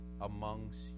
amongst